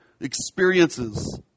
experiences